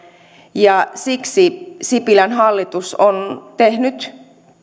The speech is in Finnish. ja siksi sipilän hallitus on tehnyt